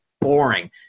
boring